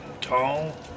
tall